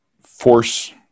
force